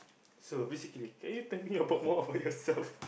so basically can you tell me about more about yourself